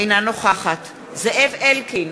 אינה נוכחת זאב אלקין,